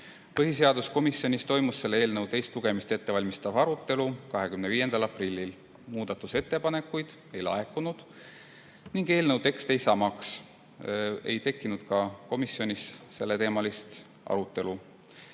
Põhiseaduskomisjonis toimus selle eelnõu teist lugemist ette valmistav arutelu 25. aprillil. Muudatusettepanekuid ei laekunud ning eelnõu tekst jäi samaks. Ei tekkinud komisjonis ka selleteemalist arutelu.